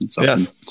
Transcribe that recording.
Yes